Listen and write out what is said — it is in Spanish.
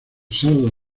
sábado